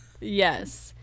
Yes